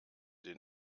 den